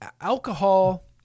alcohol